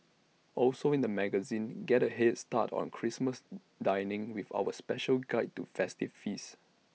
also in the magazine get A Head start on Christmas dining with our special guide to festive feasts